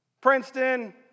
Princeton